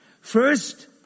First